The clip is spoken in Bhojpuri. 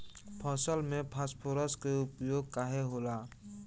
फसल में फास्फोरस के उपयोग काहे होला?